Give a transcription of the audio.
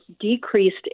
decreased